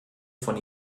von